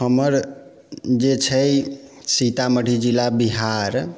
हमर जे छै सीतामढ़ी जिला बिहार